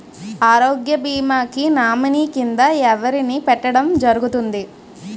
ఆరోగ్య భీమా కి నామినీ కిందా ఎవరిని పెట్టడం జరుగతుంది?